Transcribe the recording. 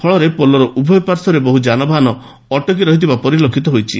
ଫଳରେ ପୋଲର ଉଭୟ ପାର୍ଶ୍ୱରେ ବହୁ ଯାନବାହାନ ଅଟକି ରହିଥିବା ପରିଲକ୍ଷିତ ହୋଇଛି